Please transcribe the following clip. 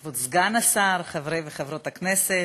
כבוד סגן השר, חברי וחברות הכנסת,